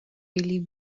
really